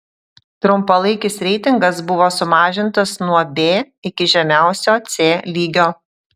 trumpalaikis reitingas buvo sumažintas nuo b iki žemiausio c lygio